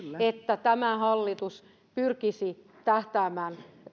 että tämä hallitus pyrkisi tähtäämään